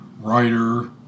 writer